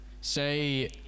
say